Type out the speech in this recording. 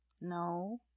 no